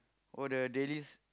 for the dailies